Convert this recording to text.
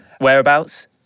Whereabouts